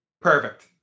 perfect